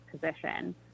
position